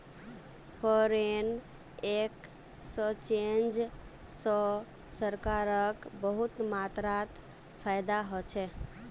foreign exchange स सरकारक बहुत मात्रात फायदा ह छेक